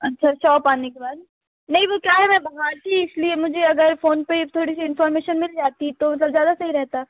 अच्छा अच्छा और पाने के बाद नहीं वो क्या है मैं बाहर थी इसलिए मुझे अगर फोन पर थोड़ी सी इन्फॉर्मेशन मिल जाती तो मतलब ज्यादा सही रहता